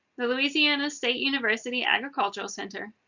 the louisiana state university agricultural center,